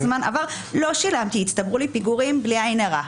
זמן ולא שילמתי כך שהצטברו לי פיגורים בלי עין הרע.